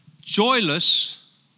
joyless